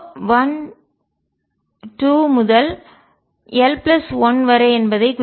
0 1 2 முதல் l 1 வரை என்பதை குறிக்கிறது